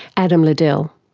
adam ladell.